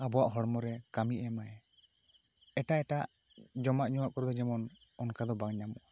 ᱟᱵᱚᱭᱟᱜ ᱦᱚᱲᱢᱚᱨᱮ ᱠᱟᱹᱢᱤ ᱮᱢᱟᱭ ᱮᱴᱟᱜ ᱮᱴᱟᱜ ᱡᱚᱢᱟᱜ ᱡᱩᱭᱟᱜ ᱠᱚᱨᱮ ᱫᱚ ᱡᱮᱢᱚᱱ ᱚᱱᱠᱟ ᱫᱚ ᱵᱟᱝ ᱧᱟᱢᱚᱜᱼᱟ